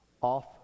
off